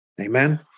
Amen